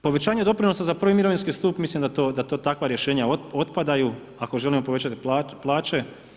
Povećanje doprinosa za prvi mirovinski stup mislim da to takva rješenja otpadaju ako želimo povećati plaće.